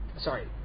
sorry